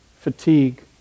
fatigue